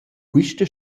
quista